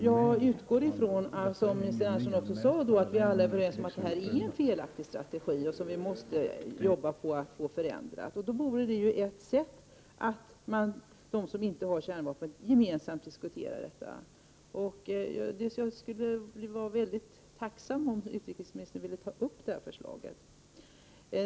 Jag utgår från, vilket Sten Andersson sade, att vi alla är överens om att det här är en felaktig strategi som vi måste försöka ändra. Då vore ett sätt att de stater som inte har kärnvapen gemensamt diskuterade detta. Jag vore mycket tacksam om utrikesministern ville ta upp detta förslag.